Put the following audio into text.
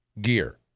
gear